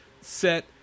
set